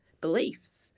beliefs